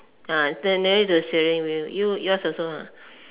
the nearer to the steering wheel you yours also